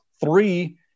three